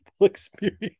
experience